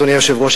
אדוני היושב-ראש,